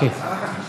כן.